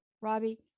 Robbie